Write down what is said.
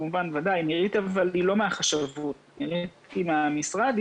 מהחשבות, אלא מהמשרד.